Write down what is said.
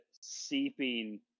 seeping